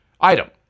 Item